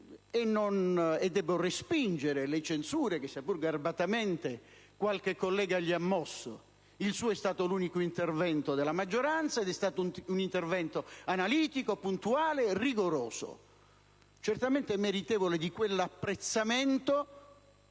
e debbo respingere le censure che, sia pur garbatamente, qualche collega gli ha mosso: il suo è stato l'unico intervento della maggioranza ed è stato un intervento analitico, puntuale, rigoroso, certamente meritevole di quell'apprezzamento